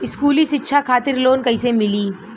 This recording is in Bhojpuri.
स्कूली शिक्षा खातिर लोन कैसे मिली?